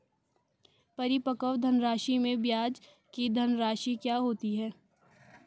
परिपक्व धनराशि में ब्याज की धनराशि क्या होती है?